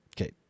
Okay